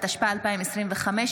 התשפ"ה 2025,